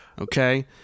Okay